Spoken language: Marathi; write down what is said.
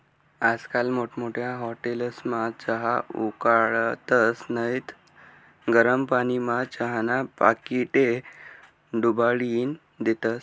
आजकाल मोठमोठ्या हाटेलस्मा चहा उकाळतस नैत गरम पानीमा चहाना पाकिटे बुडाईन देतस